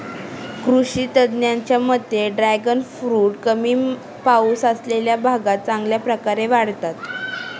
कृषी तज्ज्ञांच्या मते ड्रॅगन फ्रूट कमी पाऊस असलेल्या भागात चांगल्या प्रकारे वाढतात